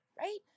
right